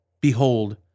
Behold